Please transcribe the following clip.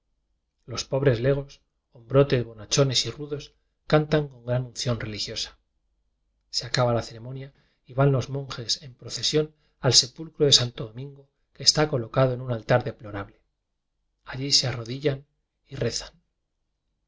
los pobres legos hombrotes bohachones y rudos cantan con gran unción religiosa se acaba la ceremonia y van los monjes en procesión al sepulcro de santo domingo que está colocado en un altar de plorable allí se arrodillan y rezan